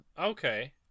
okay